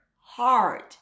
hard